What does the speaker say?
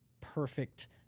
perfect